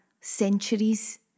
centuries